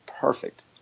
perfect